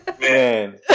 Man